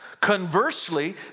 conversely